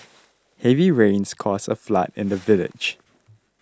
heavy rains caused a flood in the village